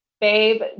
babe